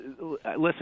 listen